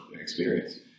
experience